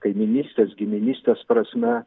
kaimynystės giminystės prasme